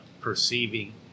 perceiving